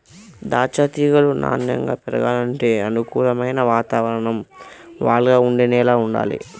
దాచ్చా తీగలు నాన్నెంగా పెరగాలంటే అనుకూలమైన వాతావరణం, వాలుగా ఉండే నేల వుండాలి